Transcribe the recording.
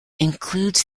includes